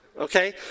okay